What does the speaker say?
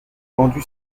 vendu